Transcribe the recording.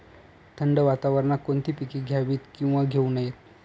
थंड वातावरणात कोणती पिके घ्यावीत? किंवा घेऊ नयेत?